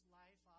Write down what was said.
life